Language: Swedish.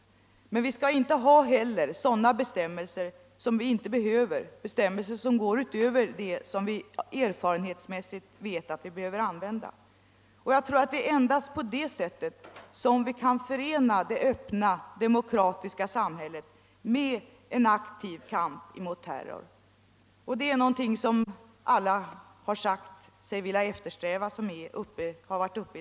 Det kom= I mer vi heller inte att göra. Men vi skall heller inte ha sådana bestämmelser = Fortsatt giltighet av som vi inte behöver, alltså bestämmelser som går utöver vad vi erfa — dens.k. terroristlarenhetsmässigt vet att vi behöver använda. Endast på det sättet tror — gen jag att vi kan förena det öppna, demokratiska samhället med en aktiv kamp mot terror. Och det är någonting som alla som varit uppe i denna talarstol har sagt sig eftersträva.